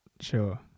Sure